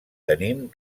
tenim